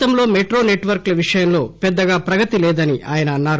గతంలో metro set work ల విషయంలో పెద్దగా ప్రగతి లేదని ఆయన అన్నారు